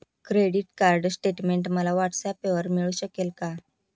Credit card statement मला व्हॉट्सऍपवर मिळू शकेल का?